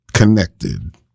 connected